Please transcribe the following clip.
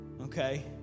Okay